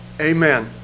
amen